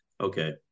Okay